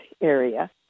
area